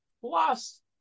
Plus